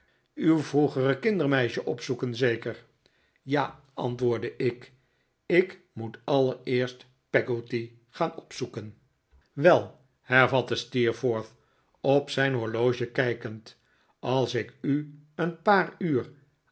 dw vroegere kindermeisje opzoeken zeker ja antwoordde ik ik moet allereerst peggotty gaan opzoeken wel hervatte steerforth op zijn horloge kijkend als ik u een paar uur